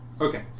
Okay